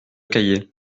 cahier